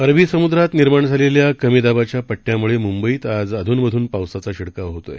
अरबीसमुद्रातनिर्माणझालेल्याकमीदाबाच्यापट्टयामुळेमुंबईतआजअधूनमधूनपावसाचाशिडकावाहोतआहे